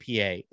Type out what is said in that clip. PA